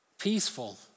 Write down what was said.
Peaceful